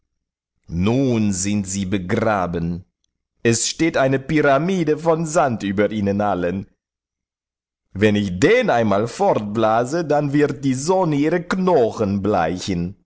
nun sind sie begraben es steht eine pyramide von sand über ihnen allen wenn ich den einmal fortblase dann wird die sonne ihre knochen bleichen